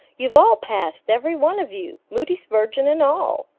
you've all passed, every one of you, moody spurgeon and all,